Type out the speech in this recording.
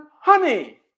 honey